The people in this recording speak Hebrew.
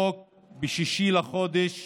ב-6 בחודש